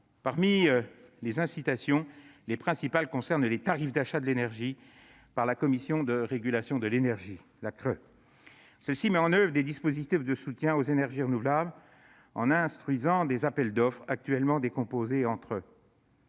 Parmi les incitations, les principales concernent les tarifs d'achat de l'énergie déterminés par la Commission de régulation de l'énergie (CRE). Celle-ci met en oeuvre des dispositifs de soutien aux énergies renouvelables en instruisant des appels d'offres, actuellement décomposés entre le